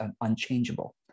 unchangeable